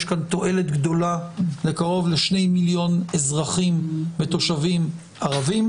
יש כאן תועלת גדולה לקרוב לשני מיליון אזרחים ותושבים ערבים,